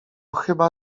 chyba